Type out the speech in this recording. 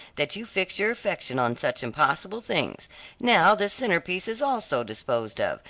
that you fix your affection on such impossible things now this centrepiece is also disposed of.